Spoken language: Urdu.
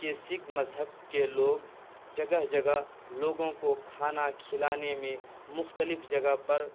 کہ سکھ مذہب کے لوگ جگہ جگہ لوگوں کو کھانا کھلانے میں مختلف جگہ پر